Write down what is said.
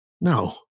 No